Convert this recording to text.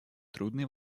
трудный